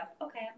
Okay